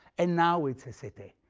and now it's a city,